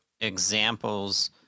examples